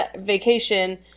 vacation